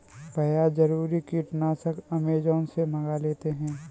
भैया जरूरी कीटनाशक अमेजॉन से मंगा लेते हैं